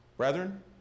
brethren